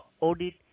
audit